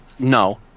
No